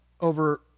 over